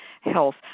health